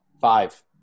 Five